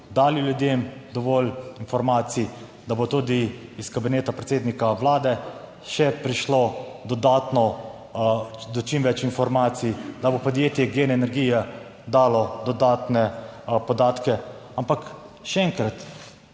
dali ljudem dovolj informacij, da bo tudi iz kabineta predsednika Vlade še prišlo dodatno do čim več informacij, da bo podjetje GEN energija dalo dodatne podatke. Ampak še enkrat,